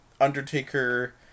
Undertaker